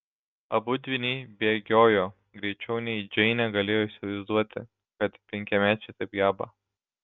abu dvyniai bėgiojo greičiau nei džeinė galėjo įsivaizduoti kad penkiamečiai taip geba